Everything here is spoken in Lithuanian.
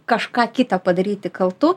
kažką kita padaryti kaltu